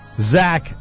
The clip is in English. Zach